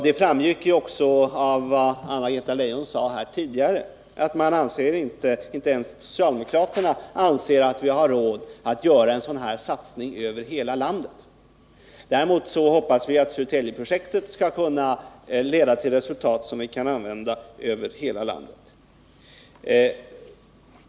Det framgick också av vad Anna-Greta Leijon sade tidigare, nämligen att inte ens socialdemokraterna anser att vi har råd att göra en sådan här satsning över hela landet. Däremot hoppas vi att Södertäljeprojektet skall kunna leda till resultat som vi kan använda över hela landet.